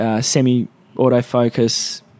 semi-autofocus